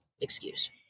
excuse